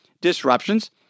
disruptions